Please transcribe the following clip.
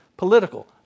Political